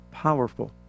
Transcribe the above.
powerful